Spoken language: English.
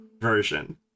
version